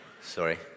sorry